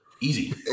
Easy